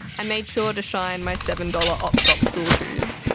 i made sure to shine my seven-dollar op shop school shoes!